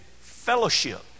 fellowship